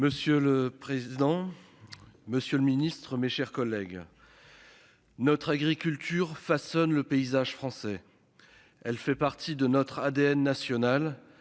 Monsieur le président. Monsieur le Ministre, mes chers collègues. Notre agriculture façonne le paysage français. Elle fait partie de notre ADN national